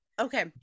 Okay